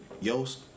Yost